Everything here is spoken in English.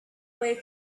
way